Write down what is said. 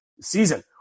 season